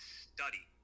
study